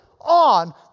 on